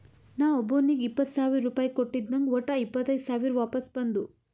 ನಾ ಒಬ್ಬೋನಿಗ್ ಇಪ್ಪತ್ ಸಾವಿರ ರುಪಾಯಿ ಕೊಟ್ಟಿದ ನಂಗ್ ವಟ್ಟ ಇಪ್ಪತೈದ್ ಸಾವಿರ ವಾಪಸ್ ಬಂದು